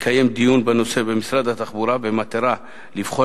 לקיים דיון בנושא במשרד התחבורה במטרה לבחון